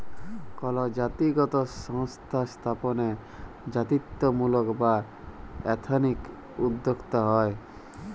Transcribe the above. call জাতিগত সংস্থা স্থাপনে জাতিত্বমূলক বা এথনিক উদ্যক্তা হ্যয়